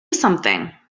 something